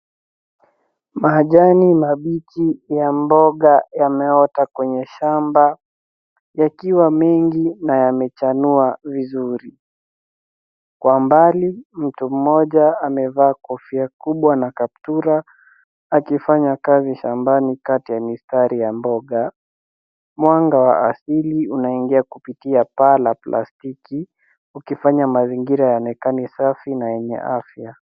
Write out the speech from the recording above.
Majani mabichi ya mboga yameota kwenye shamba yakiwa mengi na yamechanua vizuri. Kwa mbali mtu mmoja amevalia kofia kubwa na kaptura akifanya kazi shambani kati ya mistari ya mboga. Mwanga wa asili unaingia kupitia paa la plastiki ukifanya mazingira yaonekane safi na yenye afya.